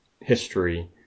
history